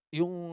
yung